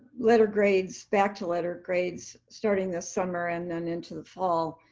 letter grades, back to letter grades, starting this summer and then into the fall.